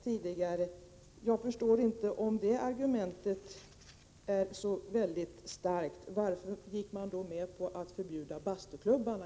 Och, som jag tidigare sade, om det argumentet är så starkt — varför gick man då i höstas med på att förbjuda bastuklubbarna?